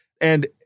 And-